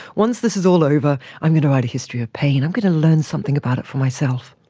once this is all over i'm going to write a history of pain, i'm going to learn something about it for myself.